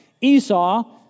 Esau